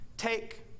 take